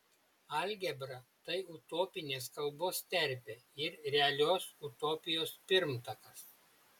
algebra tai utopinės kalbos terpė ir realios utopijos pirmtakas